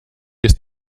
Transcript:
ist